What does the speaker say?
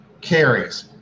carries